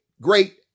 great